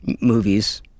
movies